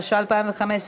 התשע"ה 2015,